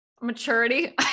Maturity